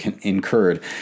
incurred